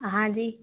हाँ जी